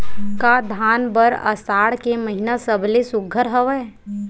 का धान बर आषाढ़ के महिना सबले सुघ्घर हवय?